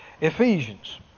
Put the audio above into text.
Ephesians